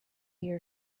your